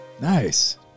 Nice